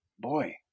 boy